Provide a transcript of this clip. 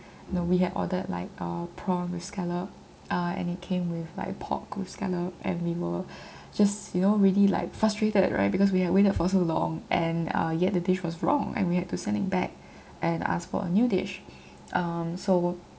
you know we had ordered like uh prawn with scallop uh and it came with like pork with scallop and we were just you know really like frustrated right because we had waited for so long and uh yet the dish was wrong and we had to send it back and asked for a new dish um so